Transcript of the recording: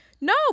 No